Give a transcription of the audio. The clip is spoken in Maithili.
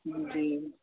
हूँ जी